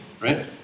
Right